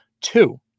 Two